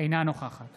אינה נוכחת